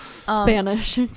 Spanish